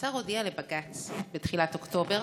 השר הודיע לבג"ץ בתחילת אוקטובר